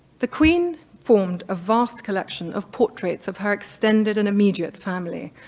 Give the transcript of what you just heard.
the queen formed a vast collection of portraits of her extended and immediate family,